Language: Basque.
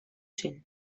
zen